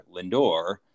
lindor